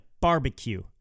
barbecue